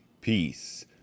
peace